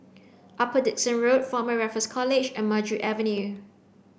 Upper Dickson Road Former Raffles College and Maju Avenue